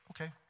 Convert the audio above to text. okay